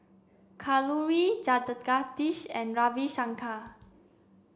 Kalluri Jagadish and Ravi Shankar